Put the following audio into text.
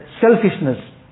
selfishness